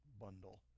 bundle